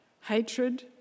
hatred